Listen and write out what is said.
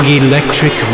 electric